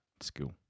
skill